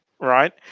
right